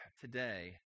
today